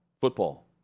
football